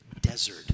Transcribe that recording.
desert